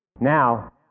Now